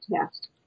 test